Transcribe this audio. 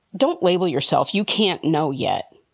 don't label yourself. you can't know yet.